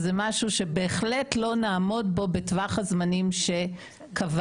זה משהו שבהחלט לא נעמוד בו בטווח הזמנים שקבעתם.